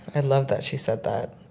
i love that she said that.